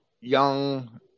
young